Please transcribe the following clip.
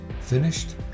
finished